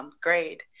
grade